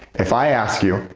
if i ask you,